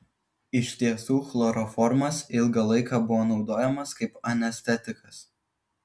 iš tiesų chloroformas ilgą laiką buvo naudojamas kaip anestetikas